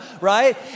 right